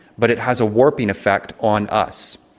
but it has a warping effect on us.